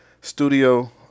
studio